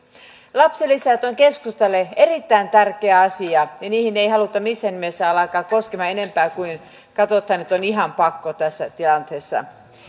lapsilisät ovat keskustalle erittäin tärkeä asia ja niihin ei haluta missään nimessä alkaa koskemaan enempää kuin katsotaan että on ihan pakko tässä tilanteessa